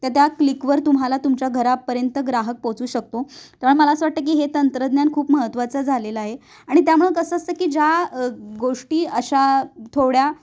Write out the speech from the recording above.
त्या त्या क्लिकवर तुम्हाला तुमच्या घरापर्यंत ग्राहक पोचू शकतो त्यामुळे मला असं वाटतं की हे तंत्रज्ञान खूप महत्त्वाचं झालेलं आहे आणि त्यामुळं कसं असतं की ज्या गोष्टी अशा थोड्या